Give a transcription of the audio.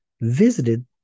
visited